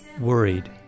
worried